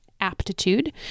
aptitude